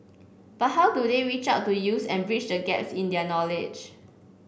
but how do they reach out to youths and bridge the gas in their knowledge